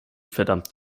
verdammt